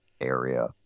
area